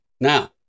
Now